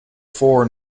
four